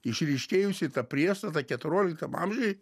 išryškėjusi tą priešstata keturioliktam amžiuj